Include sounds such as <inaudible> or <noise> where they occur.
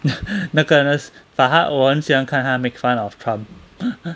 <laughs> 那个那 but 他我很喜欢看他 make fun of trump